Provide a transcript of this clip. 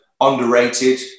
underrated